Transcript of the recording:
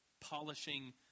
polishing